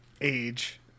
age